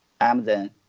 Amazon